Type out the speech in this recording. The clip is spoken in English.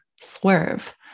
swerve